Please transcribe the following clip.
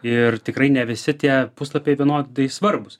ir tikrai ne visi tie puslapiai vienodai svarbūs